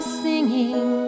singing